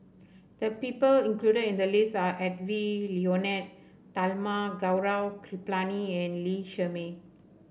the people included in the list are Edwy Lyonet Talma Gaurav Kripalani and Lee Shermay